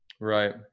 Right